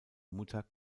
mutter